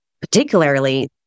particularly